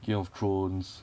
game of thrones